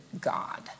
God